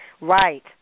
right